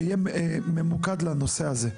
שיהיה ממוקד לנושא הזה.